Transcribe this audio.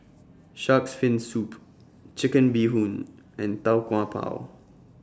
Shark's Fin Soup Chicken Bee Hoon and Tau Kwa Pau